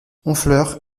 honfleur